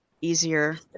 easier